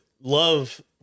love